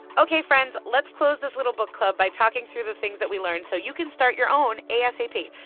ok, friends, let's close this little book club by talking through the things that we learned so you can start your own asap.